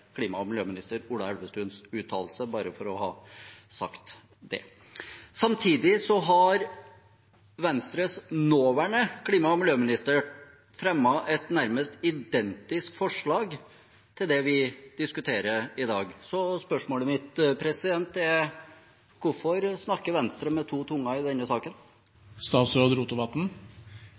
klima- og miljøminister Ola Elvestuens uttalelse – bare for å ha sagt det. Samtidig har Venstres nåværende klima- og miljøminister fremmet et nærmest identisk forslag til det vi diskuterer i dag. Så spørsmålet mitt er: Hvorfor snakker Venstre med to tunger i denne